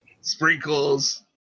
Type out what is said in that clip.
sprinkles